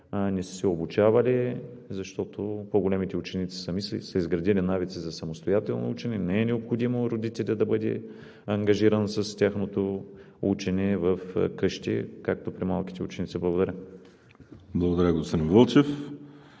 не са се обучавали. Защото по-големите ученици сами са изградили навици за самостоятелно учене, не е необходимо родителят да бъде ангажиран с тяхното учене вкъщи както при малките ученици. Благодаря. ПРЕДСЕДАТЕЛ ВАЛЕРИ